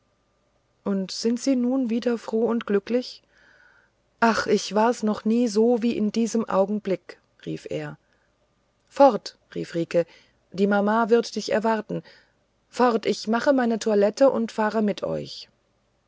und sind sie nun wieder froh und glücklich ach ich war's noch nie so wie diesen augenblick rief er fort rief friederike die mama wird dich erwarten fort ich mache meine toilette und fahre mit euch